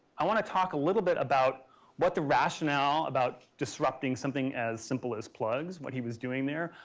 i want to talk a little bit about what the rationale about disrupting something as simple as plugs, what he was doing there.